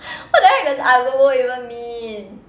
what the heck does agogo even mean